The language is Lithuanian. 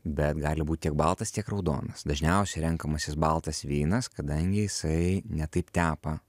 bet gali būt tiek baltas tiek raudonas dažniausiai renkamasis baltas vynas kadangi jisai ne taip tepa